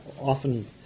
often